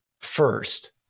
first